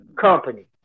company